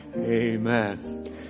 Amen